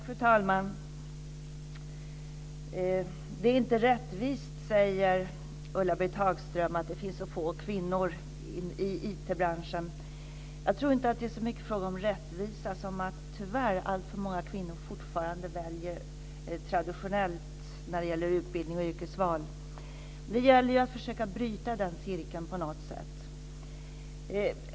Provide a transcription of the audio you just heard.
Fru talman! Det är inte rättvist, säger Ulla-Britt Hagström, att det finns så få kvinnor i IT-branschen. Jag tror inte att det är så mycket fråga om rättvisa som att tyvärr alltför många kvinnor fortfarande väljer traditionellt när det gäller utbildning och yrke. Nu gäller det att försöka bryta den cirkeln på något sätt.